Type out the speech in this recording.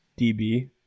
DB